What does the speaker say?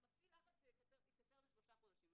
אנחנו נפעיל לחץ, זה יתקצר לשלושה חודשים.